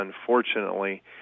unfortunately